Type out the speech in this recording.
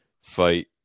fight